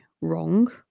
wrong